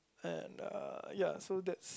and uh ya so that's